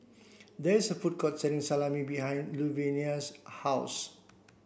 there is a food court selling Salami behind Luvenia's house